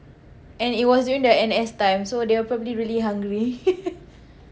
and it was during the N_S time so they are probably really hungry